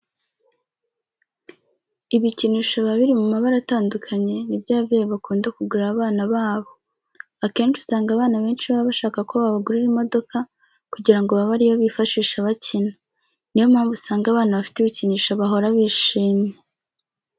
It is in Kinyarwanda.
Ibikinisho biba biri mu mabara atandukanye ni byo ababyeyi bakunda kugurira abana babo. Akenshi usanga abana benshi baba bashaka ko babagurira imodoka kugira ngo babe ari yo bifashisha bakina. Ni yo mpamvu usanga abana bafite ibikinisho bahora bishimye.